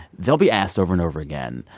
they'll be asked over and over again,